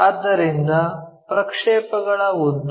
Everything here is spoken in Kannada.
ಆದ್ದರಿಂದ ಪ್ರಕ್ಷೇಪಗಳ ಉದ್ದ